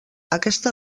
aquesta